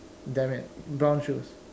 damn it brown shoes